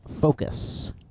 Focus